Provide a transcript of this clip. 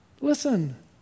Listen